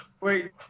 Wait